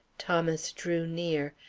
thomas drew near,